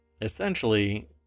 Essentially